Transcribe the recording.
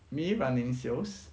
me running sales